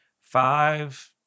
five